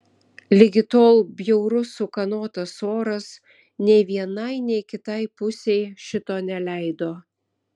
ligi tol bjaurus ūkanotas oras nei vienai nei kitai pusei šito neleido